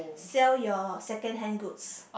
sell your secondhand goods